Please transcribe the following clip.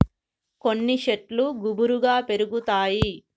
కొన్ని శెట్లు గుబురుగా పెరుగుతాయి